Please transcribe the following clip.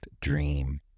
dream